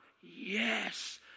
Yes